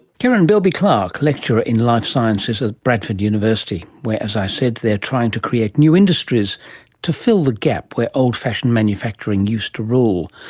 keren bielby-clarke, lecturer in life sciences at bradford university where, as i said, they are trying to create new industries to fill the gap where old-fashioned manufacturing used to rule.